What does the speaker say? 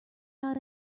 how